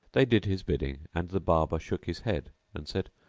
they did his bidding, and the barber shook his head and said,